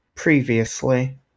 previously